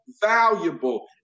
valuable